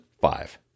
five